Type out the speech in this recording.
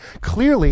clearly